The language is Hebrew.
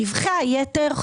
רווחי היתר,